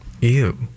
Ew